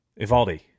Ivaldi